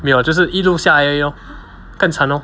没有就是一路下而已 lor 更惨 lor